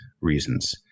reasons